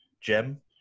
gem